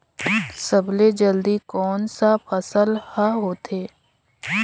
सबले जल्दी कोन सा फसल ह होथे?